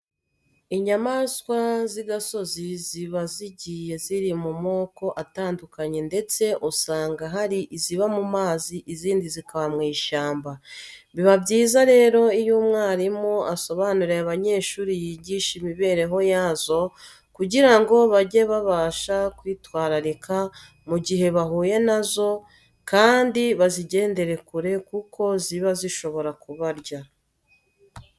Inyamaswa z'igasozi ziba zigiye ziri mu moko atandukanye ndetse usanga hari iziba mu mazi izindi zikaba mu ishyamba. Biba byiza rero iyo umwarimu asobanuriye abanyeshuri yigisha imibereho yazo kugira ngo bajye babasha kwitwararika mu gihe bahuye na zo kandi bazigendere kure kuko ziba zishobora kubarya.